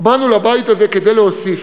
באנו לבית הזה כדי להוסיף,